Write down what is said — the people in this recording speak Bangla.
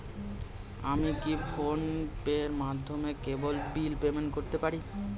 আমি কি ফোন পের মাধ্যমে কেবল বিল পেমেন্ট করতে পারি?